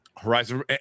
Horizon